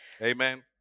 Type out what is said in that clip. Amen